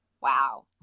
wow